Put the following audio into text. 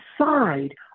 side